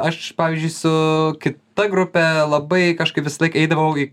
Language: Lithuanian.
aš pavyzdžiui su kita grupe labai kažkaip visąlaik eidavau į